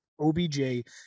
OBJ